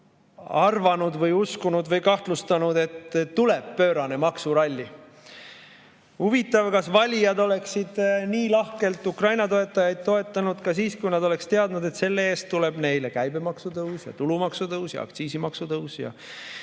arvanud või uskunud või kahtlustanud, et tuleb pöörane maksuralli? Huvitav, kas valijad oleksid nii lahkelt Ukraina toetajaid toetanud ka siis, kui nad oleksid teadnud, et selle eest tuleb neile käibemaksu tõus ja tulumaksu tõus ja aktsiisimaksu tõus ja